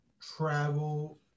travel